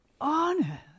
honor